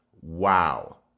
Wow